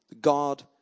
God